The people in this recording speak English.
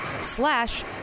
slash